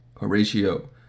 Horatio